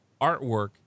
artwork